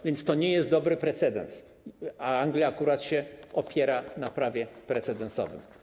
A więc to nie jest dobry precedens, a Anglia akurat się opiera na prawie precedensowym.